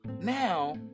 now